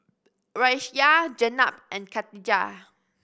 Raisya Jenab and Katijah